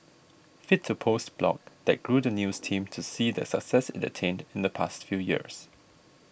fit to Post blog that grew the news team to see the success it attained in the past few years